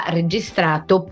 registrato